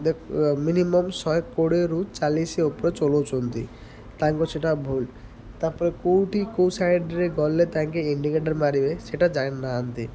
ଦେଖ ମିନିମମ୍ ଶହେ କୋଡ଼ିଏରୁ ଚାଳିଶ ଉପରେ ଚଲାଉଚନ୍ତି ତାଙ୍କ ସେଟା ଭୁଲ ତା'ପରେ କେଉଁଠି କେଉଁ ସାଇଡ଼୍ରେ ଗଲେ ତାଙ୍କେ ଇଣ୍ଡିକେଟର୍ ମାରିବେ ସେଟା ଜାଣିନାହାନ୍ତି